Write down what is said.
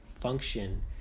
function